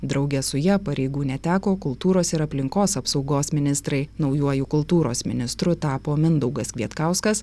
drauge su ja pareigų neteko kultūros ir aplinkos apsaugos ministrai naujuoju kultūros ministru tapo mindaugas kvietkauskas